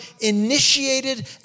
initiated